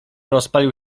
rozpalił